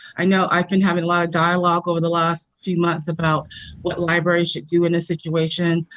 i know i've been having a lot of dialogue over the last few months about what libraries should do in a situation,